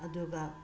ꯑꯗꯨꯒ